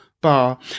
bar